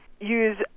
use